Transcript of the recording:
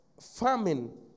famine